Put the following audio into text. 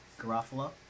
Garofalo